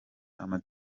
ama